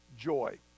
joy